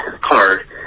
card